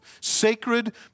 sacred